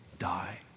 die